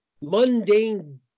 mundane